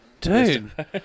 Dude